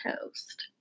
toast